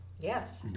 Yes